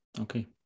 Okay